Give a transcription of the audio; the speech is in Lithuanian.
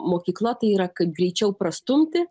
mokykla tai yra kaip greičiau prastumti